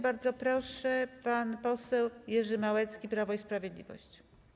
Bardzo proszę, pan poseł Jerzy Małecki, Prawo i Sprawiedliwość.